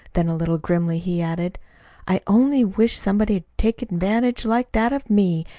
then a little grimly he added i only wish somebody'd take advantage like that of me,